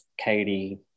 Katie